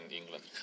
England